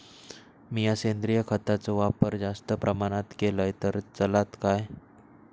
मीया सेंद्रिय खताचो वापर जास्त प्रमाणात केलय तर चलात काय?